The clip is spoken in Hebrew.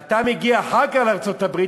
ואתה מגיע אחר כך לארצות-הברית,